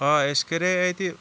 آ اَسہِ کَرے اَتہِ